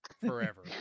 Forever